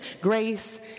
grace